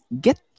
get